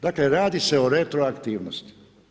Dakle, radi se o retroaktivnosti.